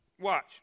Watch